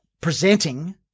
presenting